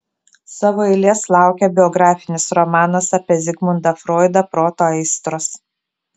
savo eilės laukia biografinis romanas apie zigmundą froidą proto aistros